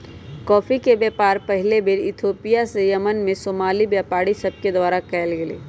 coffee के व्यापार पहिल बेर इथोपिया से यमन में सोमाली व्यापारि सभके द्वारा कयल गेलइ